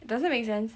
does it make sense